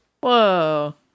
Whoa